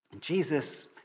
Jesus